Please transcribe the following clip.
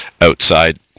outside